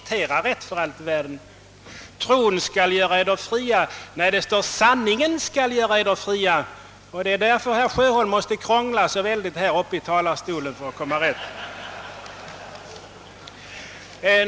Det står inte: »Tron skall göra eder fria», utan det står: »Sanningen skall göra eder fria», och det är väl därför herr Sjöholm själv måste krångla så förfärligt här i talarstolen.